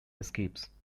escapes